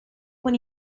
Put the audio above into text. con